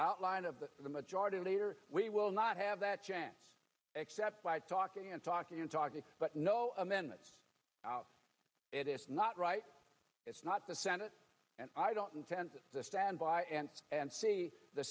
outline of the majority leader we will not have that chance except by talking and talking and talking but no amendments it is not right it's not the senate and i don't intend to stand by and and see the